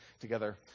together